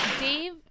Dave